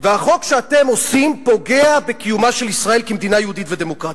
והחוק שאתם עושים פוגע בקיומה של ישראל כמדינה יהודית ודמוקרטית.